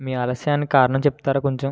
మీ ఆలస్యానికి కారణం చెప్తారా కొంచెం